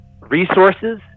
resources